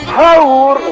power